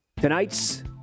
tonight's